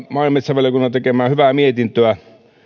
maa ja metsävaliokunnan tekemää hyvää mietintöä